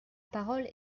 parole